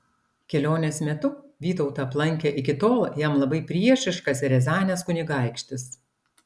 kelionės metu vytautą aplankė iki tol jam labai priešiškas riazanės kunigaikštis